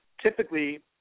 typically